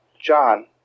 John